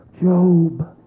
Job